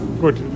Gut